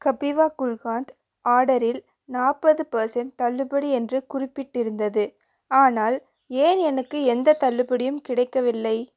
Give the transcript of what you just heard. கபீவா குல்காந்த் ஆர்டரில் நாற்பது பர்செண்ட் தள்ளுபடி என்று குறிப்பிட்டிருந்தது ஆனால் ஏன் எனக்கு எந்தத் தள்ளுபடியும் கிடைக்கவில்லை